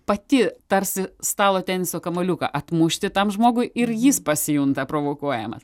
pati tarsi stalo teniso kamuoliuką atmušti tam žmogui ir jis pasijunta provokuojamas